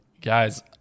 Guys